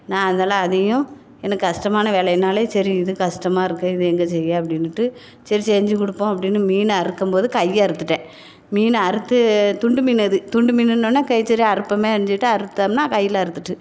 நான் அதெல்லாம் அதிகம் எனக்கு கஷ்டமான வேலையின்னாலே சரி இது கஷ்டமாக இருக்குது இது எங்கள் செய்ய அப்படினுட்டு சரி செஞ்சி கொடுப்போம் அப்படின்னு மீனை அறுக்கும்போது கையை அறுத்துகிட்டேன் மீனை அறுத்து துண்டு மீன் அது துண்டு மீனுன்னோனே கைய் சரி அறுப்புமே சொல்லிட்டு அறுத்தம்னா கையில் அறுத்துட்டு